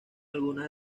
algunas